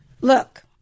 Look